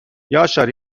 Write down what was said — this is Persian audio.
یاشار